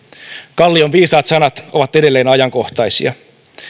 kallion viisaat sanat ovat edelleen ajankohtaisia